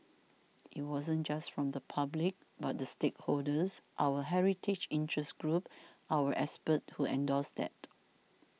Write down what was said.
it wasn't just from the public but the stakeholders our heritage interest groups our experts who endorsed that